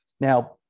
Now